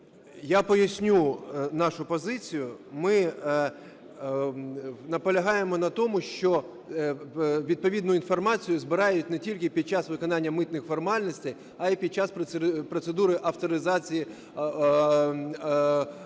Я поясню нашу позицію. Ми наполягаємо на тому, що відповідну інформацію збирають не тільки під час виконання митних формальностей, а й під час процедури авторизації